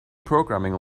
programming